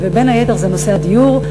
ובין היתר זה נושא הדיור.